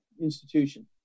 institution